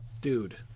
dude